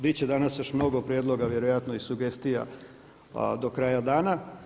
Bit će danas još mnogo prijedloga vjerojatno i sugestija do kraja dana.